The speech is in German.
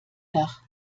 dach